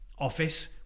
office